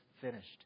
finished